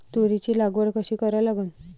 तुरीची लागवड कशी करा लागन?